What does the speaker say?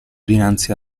dinanzi